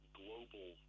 global